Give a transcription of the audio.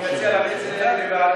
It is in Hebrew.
אני אציע להעביר את זה לוועדה.